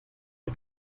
der